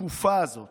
בתקופה הזאת